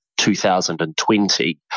2020